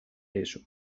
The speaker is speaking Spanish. eso